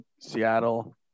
Seattle